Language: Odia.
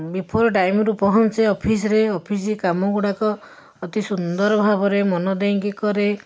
ବିଫୋର୍ ଟାଇମ୍ରୁ ପହଞ୍ଚେ ଅଫିସ୍ରେ ଅଫିସ୍ କାମଗୁଡ଼ାକ ଅତି ସୁନ୍ଦର ଭାବରେ ମନ ଦେଇକି କରେ